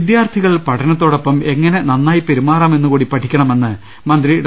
വിദ്യാർഥികൾ പഠനത്തോടൊപ്പം എങ്ങനെ നന്നായി പെരുമാറാം എന്നുകൂടി പഠി ക്കണമെന്ന് മന്ത്രി ഡോ